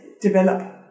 develop